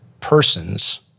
persons